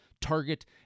target